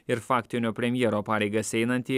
ir faktinio premjero pareigas einantį